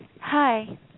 Hi